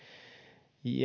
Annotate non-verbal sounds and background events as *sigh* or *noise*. ja *unintelligible*